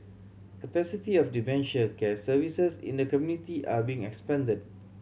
capacity of dementia care services in the community are being expanded